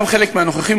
גם חלק מהנוכחים,